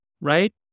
right